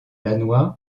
lannoy